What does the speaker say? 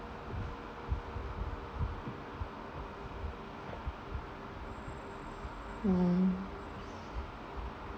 mm